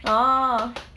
ah